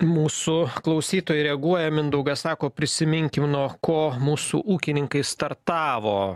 mūsų klausytojai reaguoja mindaugas sako prisiminkim nuo ko mūsų ūkininkai startavo